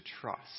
trust